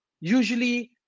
usually